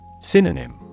Synonym